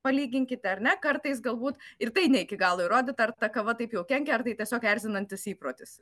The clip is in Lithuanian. palyginkite ar ne kartais galbūt ir tai ne iki galo įrodyta ar ta kava taip jau kenkia ar tai tiesiog erzinantis įprotis